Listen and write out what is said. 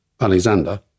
Alexander